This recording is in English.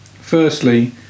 Firstly